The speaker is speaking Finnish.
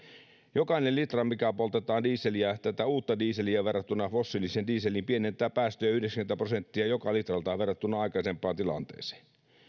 jokainen litra mikä poltetaan dieseliä tätä uutta dieseliä verrattuna fossiiliseen dieseliin pienentää päästöjä yhdeksänkymmentä prosenttia joka litralta verrattuna aikaisempaan tilanteeseen